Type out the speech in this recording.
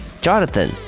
Jonathan